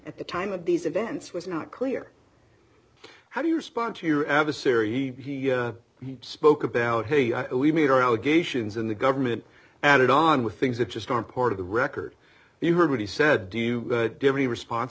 at the time of these events was not clear how do you respond to your adversary spoke about hey we've made our allegations in the government and on with things that just aren't part of the record you heard what he said do you give any response